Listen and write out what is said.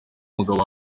mugabo